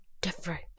different